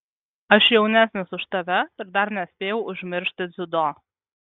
aš jaunesnis už tave ir dar nespėjau užmiršti dziudo